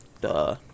Duh